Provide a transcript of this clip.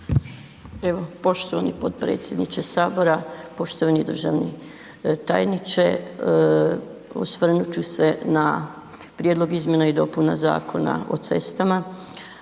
Poštovani potpredsjedniče Sabora, poštovani državni tajniče, osvrnut ću se na Prijedlog izmjena i dopuna Zakona o cestama